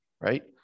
right